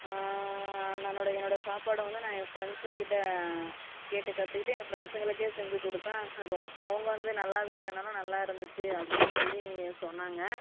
என்னோடய என்னோடய சாப்பாடு வந்து ந என் ஃப்ரெண்ட்ஸ்ங்க கிட்ட கேட்டு கற்றுக்கிட்டு ஏன் ஃப்ரெண்ட்ஸ்ங்களுக்கே செஞ்சு கொடுத்த அவங்கள் வந்து நல்லாவே இல்லேன்னாலும் நல்லா இருந்துச்சு அப்படின்னு சொல்லி சொன்னாங்கள்